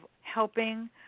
helping